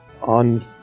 on